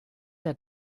der